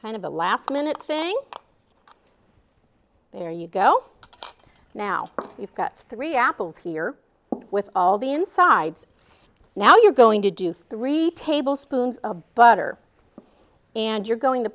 kind of a last minute thing there you go now you've got three apples here with all the insides now you're going to do three tablespoons of butter and you're going to